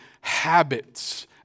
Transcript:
habits